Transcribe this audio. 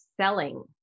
selling